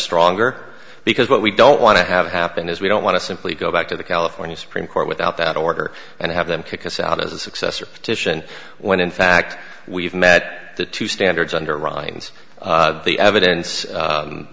stronger because what we don't want to have happen is we don't want to simply go back to the california supreme court without that order and have them kick us out as a successor petition when in fact we've met the two standards under ronnie's the evidence